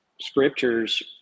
scriptures